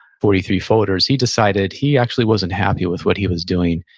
forty three folders, he decided he actually wasn't happy with what he was doing.